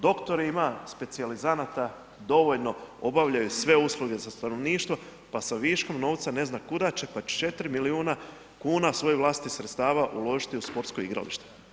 Doktori, ima specijalizanata dovoljno, obavljaju sve usluge za stanovništvo pa sa viškom novca ne zna kuda će pa će 4 milijuna kuna svojih vlastitih sredstava uložiti u sportsko igralište.